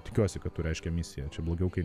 tikiuosi kad turi aiškią misiją čia blogiau kai